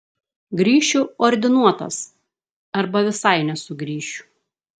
grįšiu ordinuotas arba visai nesugrįšiu